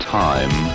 time